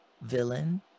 villain